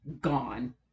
gone